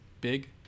big